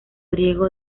griego